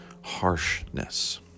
harshness